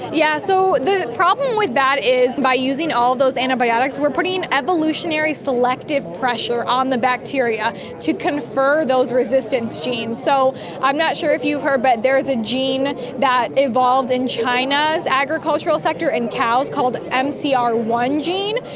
yeah so the problem with that is by using all those antibiotics we are putting evolutionary selective pressure on the bacteria to confer those resistance genes. so i'm not sure if you've heard but there is a gene that evolved in china's agricultural sector in cows called m c r one gene,